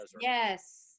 yes